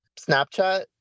Snapchat